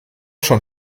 schon